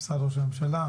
משרד ראש הממשלה?